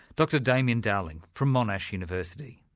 dr damian dowling from monash university.